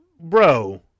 bro